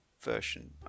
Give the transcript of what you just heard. Version